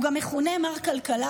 הוא גם מכונה "מר כלכלה",